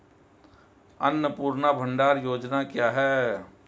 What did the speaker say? अन्नपूर्णा भंडार योजना क्या है?